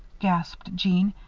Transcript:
gasped jeanne.